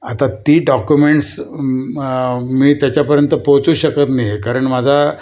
आता ती डॉक्युमेंट्स मग मी त्याच्यापर्यंत पोचू शकत नाही आहे कारण माझा